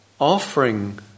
offering